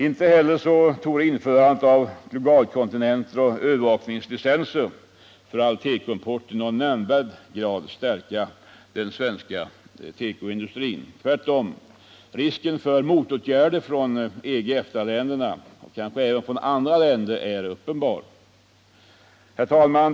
Inte heller torde införandet av globalkontingenter och övervakningslicenser för all tekoimport i någon nämnvärd grad stärka den svenska tekoindustrin. Tvärtom! Risken för motåtgärder från EG/EFTA-länderna och kanske även från andra länder är uppenbar. Herr talman!